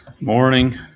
morning